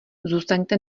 zůstaňte